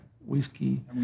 whiskey